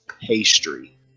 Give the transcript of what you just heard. pastry